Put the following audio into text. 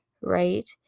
Right